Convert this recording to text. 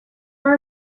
for